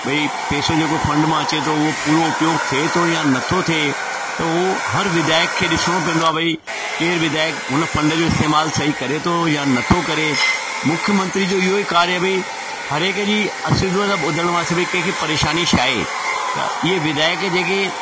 भई पैसो जेको फंड मां अचे थो उहो पूरो उपयोगु थिए थो या नथो थिए त उहो हर विधायक खे ॾिसिणो पईंदो आहे भई केर विधायक हुन फंड जे इस्तेमालु सही करे थो या नथो करे मुख्यमंत्री जो इहो ई कार्य आहे भई हर एक जी असुविधा ॿुधिणो की भई कंहिंखें परेशानी छा आहे त इहे विधायक जेके